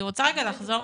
דבי,